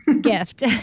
gift